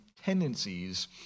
tendencies